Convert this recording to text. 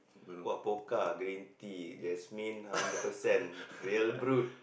!wah! Pokka green tea jasmine hundred percent real brewed